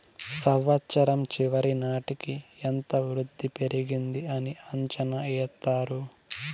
సంవచ్చరం చివరి నాటికి ఎంత వృద్ధి పెరిగింది అని అంచనా ఎత్తారు